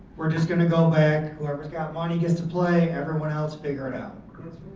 we're just gonna go back, whoever's got money gets to play, everyone else figure it out.